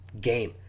game